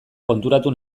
konturatu